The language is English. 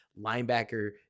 linebacker